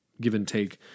give-and-take